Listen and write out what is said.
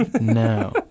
No